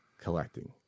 collecting